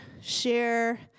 share